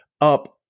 up